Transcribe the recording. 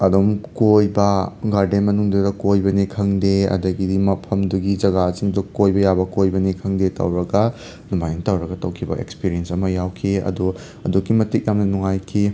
ꯑꯗꯨꯝ ꯀꯣꯏꯕ ꯒꯥꯔꯗꯦꯟ ꯃꯅꯨꯡꯗꯨꯗ ꯀꯣꯏꯕꯅꯤ ꯈꯪꯗꯦ ꯑꯗꯒꯤꯗꯤ ꯃꯐꯝꯗꯨꯒꯤ ꯖꯒꯥꯁꯤꯡꯗꯣ ꯀꯣꯏꯕ ꯌꯥꯕ ꯀꯣꯏꯕꯅꯤ ꯈꯪꯗꯦ ꯇꯧꯔꯒ ꯑꯗꯨꯃꯥꯏ ꯇꯧꯔꯒ ꯇꯧꯈꯤꯕ ꯑꯦꯛꯁꯄꯤꯔꯤꯌꯦꯟꯁ ꯑꯃ ꯌꯥꯎꯈꯤ ꯑꯗꯣ ꯑꯗꯨꯛꯀꯤ ꯃꯇꯤꯛ ꯌꯥꯝꯅ ꯅꯨꯡꯉꯥꯏꯈꯤ